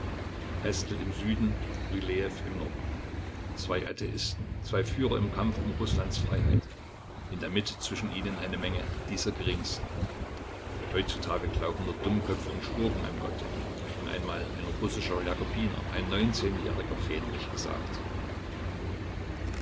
im süden rylejew im norden zwei atheisten zwei führer im kampf um rußlands freiheit in der mitte zwischen ihnen eine menge dieser geringsten heutzutage glauben nur dummköpfe und schurken an gott hat mir einmal ein russischer jakobiner ein neunzehnjähriger fähnrich gesagt